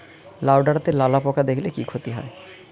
লাউ ডাটাতে লালা পোকা দেখালে কি ক্ষতি হয়?